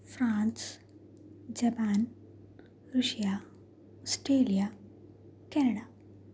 France Japan Russia Australia Canada